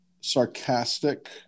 sarcastic